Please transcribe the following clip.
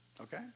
Okay